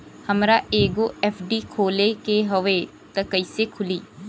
हमरा एगो एफ.डी खोले के हवे त कैसे खुली?